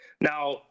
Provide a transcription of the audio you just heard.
Now